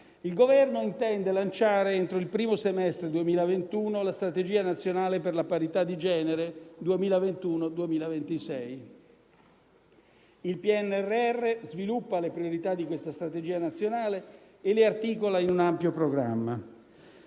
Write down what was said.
Il Governo intende lanciare entro il primo semestre 2021 la Strategia nazionale per la parità di genere 2021-2026. Il PNRR sviluppa le priorità di questa Strategia nazionale e le articola in un ampio programma: